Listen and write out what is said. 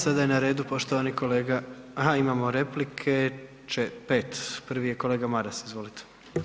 Sada je na redu poštovani kolega, aha imamo replike, 5, prvi je kolega Maras, izvolite.